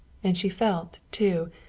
and she felt, too,